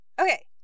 okay